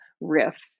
riff